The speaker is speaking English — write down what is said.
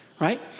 right